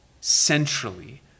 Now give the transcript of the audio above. centrally